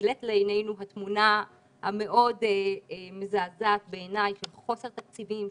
נגלית לעינינו התמונה המאוד מזעזעת בעיניי של חוסר תקציבים,